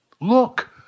Look